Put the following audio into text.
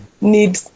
need